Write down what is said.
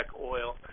oil